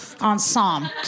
ensemble